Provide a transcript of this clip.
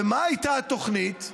ומה הייתה התוכנית?